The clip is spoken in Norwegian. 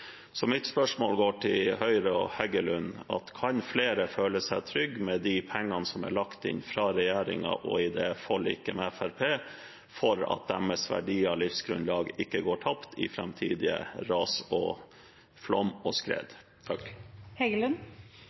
Så mitt spørsmål til Høyre og Heggelund er: Kan flere, med de pengene som er lagt inn fra regjeringen og i forliket med Fremskrittspartiet, føle seg trygge for at deres verdier og livsgrunnlag ikke går tapt i framtidige ras, flom og skred?